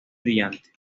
brillantes